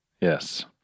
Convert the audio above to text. Yes